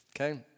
okay